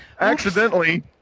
Accidentally